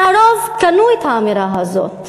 והרוב קנו את האמירה הזאת.